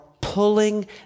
pulling